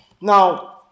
Now